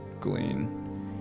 glean